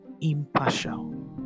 impartial